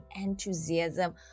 enthusiasm